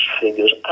figures